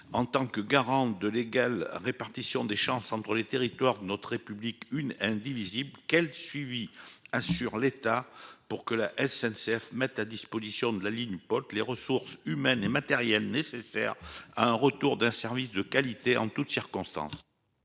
vous êtes garante de l'égale répartition des chances entre les territoires de notre République une et indivisible. Comment l'État s'assure-t-il que la SNCF mette bien à disposition de la ligne Polt les ressources humaines et matérielles nécessaires au retour d'un service de qualité en toutes circonstances ?